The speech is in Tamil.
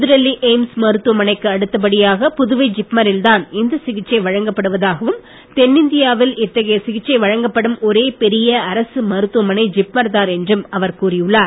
புதுடில்லி எய்ம்ஸ் மருத்துவமனைக்கு அடுத்தபடியாக புதுவை ஜிப்மரில்தான் இந்த சிகிச்சை வழங்கப்படுவதாகவும் தென்னிந்தியாவில் இத்தகைய சிகிச்சை வழங்கப்படும் ஒரே பெரிய அரசு மருத்துவமனை ஜிப்மர்தான் என்றும் அவர் கூறினார்